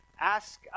Ask